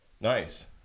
Nice